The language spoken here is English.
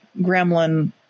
gremlin